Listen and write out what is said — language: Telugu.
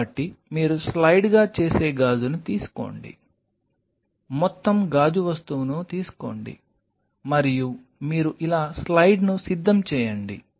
కాబట్టి మీరు స్లైడ్గా చేసే గాజును తీసుకోండి మొత్తం గాజు వస్తువును తీసుకోండి మరియు మీరు ఇలా స్లయిడ్ను సిద్ధం చేయండి